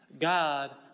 God